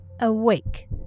awake